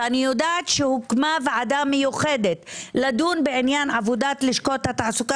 ואני יודעת שהוקמה ועדה מיוחדת לדון בעניין עבודת לשכות התעסוקה